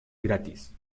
gratis